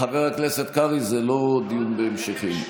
חבר הכנסת קרעי, זה לא דיון בהמשכים.